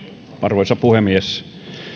arvoisa puhemies